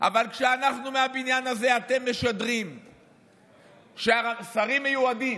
אבל כשמהבניין הזה אתם משדרים ששרים מיועדים,